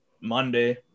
Monday